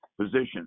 position